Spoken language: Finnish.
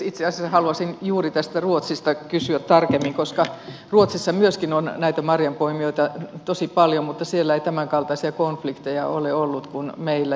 itse asiassa haluaisin juuri tästä ruotsista kysyä tarkemmin koska ruotsissa myöskin on näitä marjanpoimijoita tosi paljon mutta siellä ei tämänkaltaisia konflikteja ole ollut kuin meillä